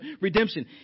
redemption